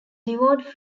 divorced